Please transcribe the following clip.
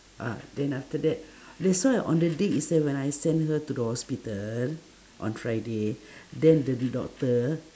ah then after that that's why on the day itself when I send her to the hospital on friday then the doctor